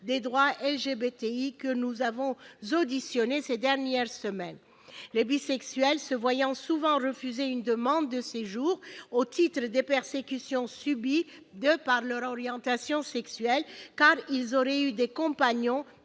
des personnes LGBTQI que nous avons auditionnées ces dernières semaines. Les bisexuels se voient en effet souvent refuser une demande de séjour au titre des persécutions subies de par leur orientation sexuelle, car ils auraient eu par le passé